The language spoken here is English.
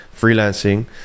freelancing